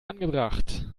angebracht